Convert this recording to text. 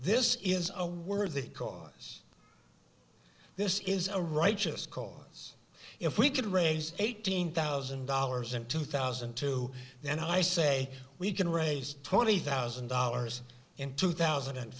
this is a worthy cause this is a righteous cause if we can raise eighteen thousand dollars in two thousand and two then i say we can raise twenty thousand dollars in two thousand and